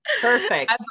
Perfect